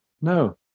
No